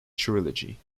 trilogy